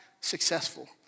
successful